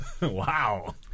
Wow